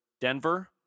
Denver